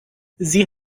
sie